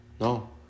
no